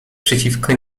przeciwko